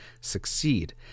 succeed